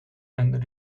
een